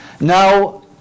Now